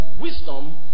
wisdom